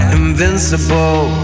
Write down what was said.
invincible